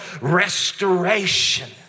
restoration